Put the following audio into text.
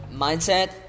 mindset